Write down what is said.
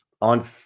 On